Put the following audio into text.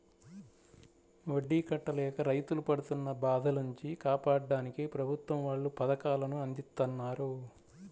వడ్డీ కట్టలేక రైతులు పడుతున్న బాధల నుంచి కాపాడ్డానికి ప్రభుత్వం వాళ్ళు పథకాలను అందిత్తన్నారు